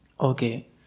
okay